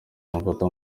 bamufata